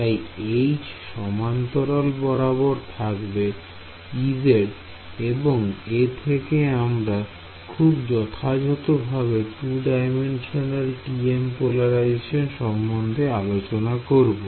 তাই H সমান্তরাল বরাবর থাকবে Ez এবং এ থেকে আমরা খুব যথাযথভাবে 2D টি এম পোলারাইজেশন সম্বন্ধে আলোচনা করব